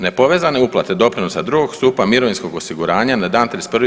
Nepovezane uplate doprinosa drugog stupa mirovinskog osiguranja na dan 31.